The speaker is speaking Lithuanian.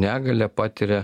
negalia patiria